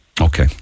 Okay